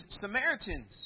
Samaritans